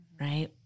Right